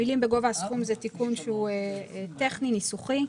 המילים "בגובה הסכום" זה תיקון שהוא טכני, ניסוחי.